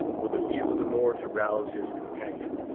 with a view the more to rouse his companion.